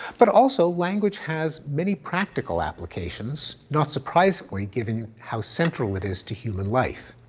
but also, language has many practical applications not surprisingly given how central it is to human life.